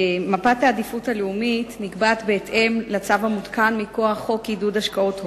מפת העדיפות הלאומית נקבעת בהתאם לצו המותקן מכוח חוק עידוד השקעות הון.